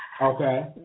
Okay